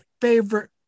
favorite